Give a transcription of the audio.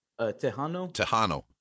Tejano